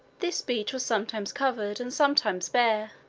this beach was sometimes covered and sometimes bare.